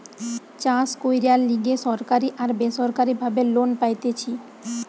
চাষ কইরার লিগে সরকারি আর বেসরকারি ভাবে লোন পাইতেছি